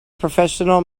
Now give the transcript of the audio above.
professional